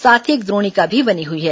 साथ ही एक द्रोणिका भी बनी हुई है